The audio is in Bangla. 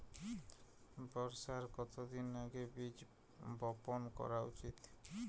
বর্ষার কতদিন আগে বীজ বপন করা উচিৎ?